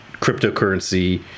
cryptocurrency